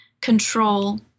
control